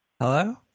Hello